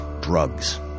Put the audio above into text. drugs